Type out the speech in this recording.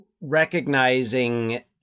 recognizing